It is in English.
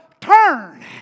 turn